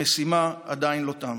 המשימה עדיין לא תמה.